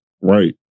right